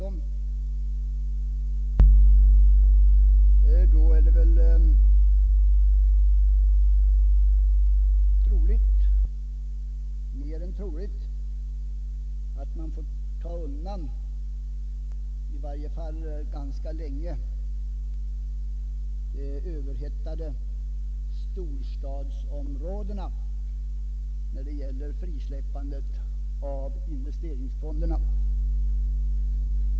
Och då är det mer än troligt att man vid ett sådant frisläppande av investeringsfonderna får ta undan de överhettade storstadsområdena, i varje fall ganska länge.